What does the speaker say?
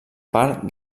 part